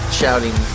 shouting